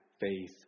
faith